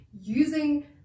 using